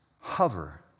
hover